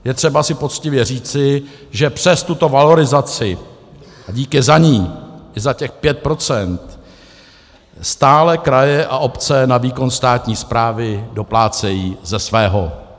Je třeba si poctivě říci, že přes tuto valorizaci a díky za ni, i za těch 5 % stále kraje a obce na výkon státní správy doplácejí ze svého.